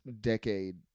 decade